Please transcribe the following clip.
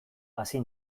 hasi